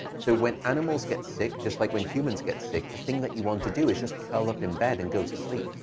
so when animals get sick, just like when humans get sick, the thing that you want to do is just curl up in bed and go to sleep.